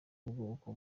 ubwoko